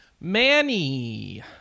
Manny